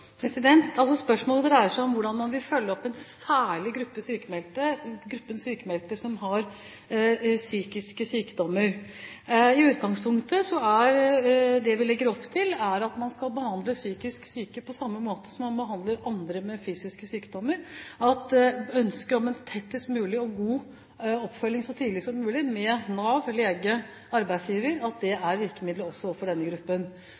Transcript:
Spørsmålet dreier seg om hvordan man vil følge opp en særlig gruppe sykmeldte, dem med psykiske sykdommer. I utgangspunktet legger vi opp til at vi skal behandle psykisk syke på samme måte som man behandler andre med fysiske sykdommer – at ønsket om en tettest mulig og god oppfølging så tidlig som mulig av Nav, lege og arbeidsgiver er virkemidlet også overfor denne gruppen.